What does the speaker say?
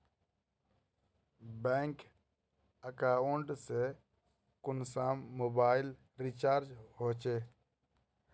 Bank account से कुंसम mobile recharge होचे?